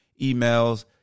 emails